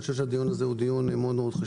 אני חושב שהדיון הזה חשוב מאוד.